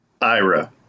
Ira